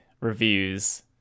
reviews